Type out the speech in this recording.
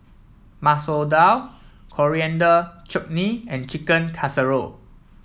Masoor Dal Coriander Chutney and Chicken Casserole